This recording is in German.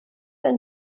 ein